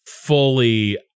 fully